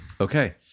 Okay